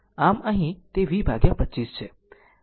આમ અહીં તે V 25 છે